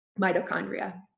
mitochondria